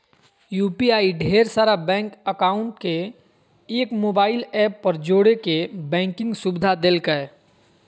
UPI ढेर सारा bank account के एक मोबाइल ऐप पर जोड़े के बैंकिंग सुविधा देलकै